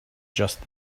just